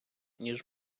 ніж